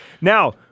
now